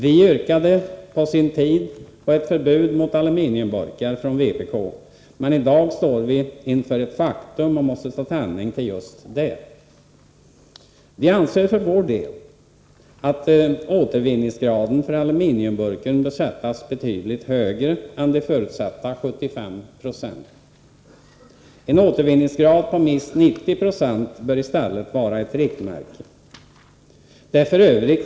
Vi från vpk yrkade på sin tid på ett förbud mot aluminiumburkar, men i dag står vi inför ett faktum och måste ta ställning till detta. Vi anser för vår del att återvinningsgraden för aluminiumburken bör sättas betydligt högre än de förutsatta 75 76. En återvinningsgrad på minst 90 96 bör i stället vara ett riktmärke. Det är f.ö.